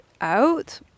out